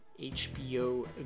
HBO